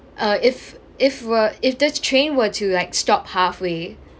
uh if if we're if this train were to like stop halfway